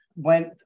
went